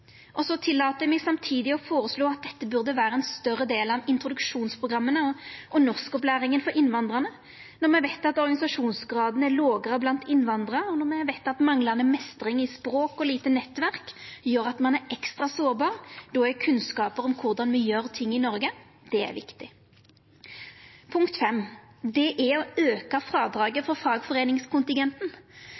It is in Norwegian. Eg tillèt meg samtidig å føreslå at det burde vera ein større del av introduksjonsprogramma og norskopplæringa for innvandrarane, når me veit at organisasjonsgraden er lågare blant innvandrarar, og når me veit at manglande meistring i språk og lite nettverk gjer at ein er ekstra sårbar. Då er kunnskapar om korleis me gjer ting i Noreg, viktig. Å auka frådraget for fagforeiningskontingenten. Det ønskjer LO, Unio, YS og Akademikerne, og det er